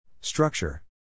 Structure